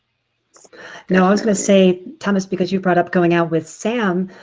you know i was going to say thomas, because you brought up going out with sam,